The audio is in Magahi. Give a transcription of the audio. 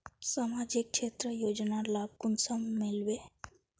सामाजिक क्षेत्र योजनार लाभ कुंसम मिलबे?